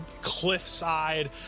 cliffside